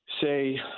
say